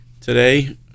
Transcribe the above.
today